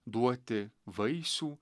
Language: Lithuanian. duoti vaisių